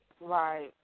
right